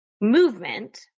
Movement